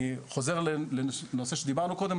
אני חוזר לנושא שדיברנו קודם,